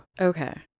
okay